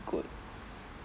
good